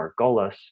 Margolis